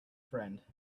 friend